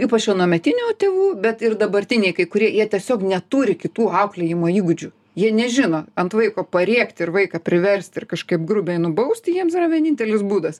ypač anuometinių tėvų bet ir dabartiniai kai kurie jie tiesiog neturi kitų auklėjimo įgūdžių jie nežino ant vaiko parėkt ir vaiką priverst ir kažkaip grubiai nubaust jiems yra vienintelis būdas